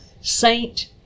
saint